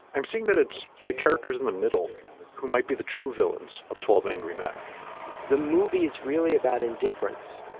i'm seeing that it's the characters in the middle who might be the true villains of twelve angry men the movie's really about indifference.